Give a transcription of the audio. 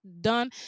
done